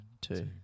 two